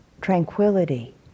tranquility